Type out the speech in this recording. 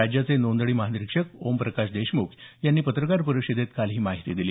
राज्याचे नोंदणी महानिरिक्षक ओमप्रकाश देशमुख यांनी पत्रकार परिषदेत ही माहिती दिली